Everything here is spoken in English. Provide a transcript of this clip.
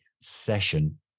session